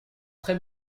très